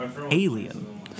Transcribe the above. Alien